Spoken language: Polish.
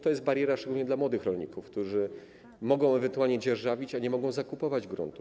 To jest bariera szczególnie dla młodych rolników, którzy mogą ewentualnie dzierżawić, a nie mogą zakupywać gruntów.